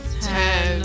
Ten